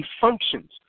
functions